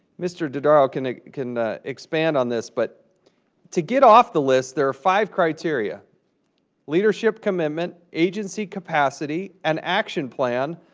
mr. dodaro can can expand on this, but to get off the list, there are five criteria leadership commitment, agency capacity, an action plan,